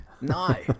no